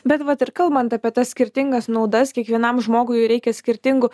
bet vat ir kalbant apie tas skirtingas naudas kiekvienam žmogui reikia skirtingų